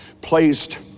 placed